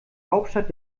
hauptstadt